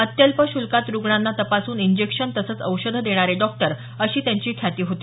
अत्यल्प श्रुल्कात रुग्णांना तपासून इंजेक्शन तसंच औषधं देणारे डॉक्टर अशी त्यांची ख्याती होती